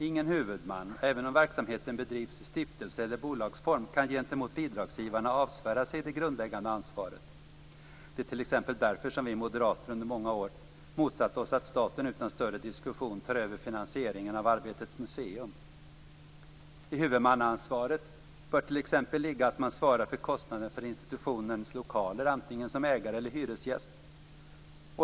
Ingen huvudman, även om verksamheten bedrivs i stiftelse eller bolagsform, kan gentemot bidragsgivarna avsvära sig det grundläggande ansvaret. Det är t.ex. därför som vi moderater under många år motsatt oss att staten utan större diskussion tar över finansieringen av Arbetets museum. I huvudmannaansvaret bör t.ex. ligga att man svarar för kostnaden för institutionens lokaler, antingen som ägare eller hyresgäst.